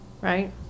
right